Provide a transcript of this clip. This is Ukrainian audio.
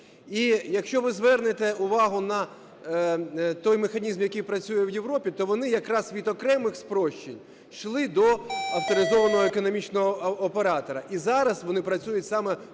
І якщо ви звернете увагу на той механізм, який працює в Європі, то вони якраз від окремих спрощень йшли до авторизованого економічного оператора, і зараз вони працюють саме